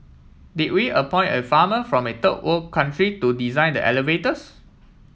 did we appoint a farmer from a third world country to design the elevators